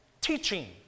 teaching